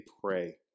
pray